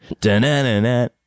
Da-na-na-na